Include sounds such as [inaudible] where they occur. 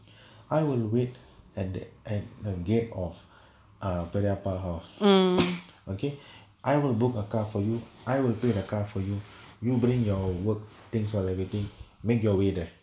I will wait at the end a gate of err பெரியப்பா:periyappaa house [coughs] okay I will book a car for you I will pay the car for you you bring your work things all everything make your way there